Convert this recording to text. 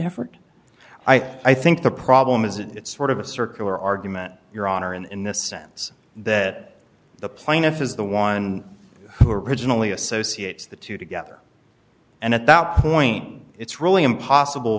effort i think the problem is it's sort of a circular argument your honor in the sense that the plaintiff is the one who originally associates the two together and at that point it's really impossible